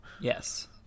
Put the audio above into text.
Yes